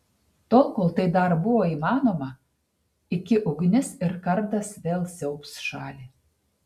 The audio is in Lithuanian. tol kol tai dar buvo įmanoma iki ugnis ir kardas vėl siaubs šalį